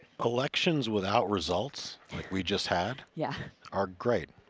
elections without results like we just had yeah our great.